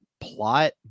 plot